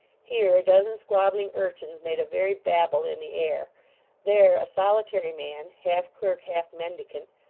here, dozen squabbling urchins made a very babel in the air there, a solitary man, half clerk, half mendicant,